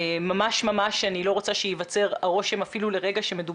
אני ממש לא רוצה שאפילו לרגע לא ייווצר הרושם שמדובר